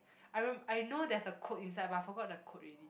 I reme~ I know there's a quote inside but I forgot the quote already